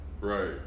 Right